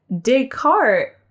Descartes